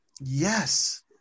Yes